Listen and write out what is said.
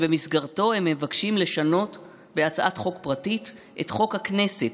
שבמסגרתו הם מבקשים לשנות בהצעת חוק פרטית את חוק הכנסת,